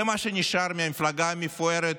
זה מה שנשאר מהמפלגה המפוארת,